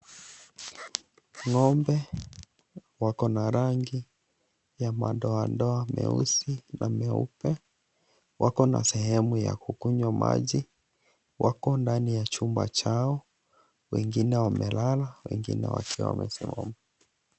Ngombe wako na rangi ya madoadoa meusi na meupe . Wako na sehemu yanoukunywa maji, wako ndani ya chumba chao wengine wamelala wengine wakiwa wamesimama.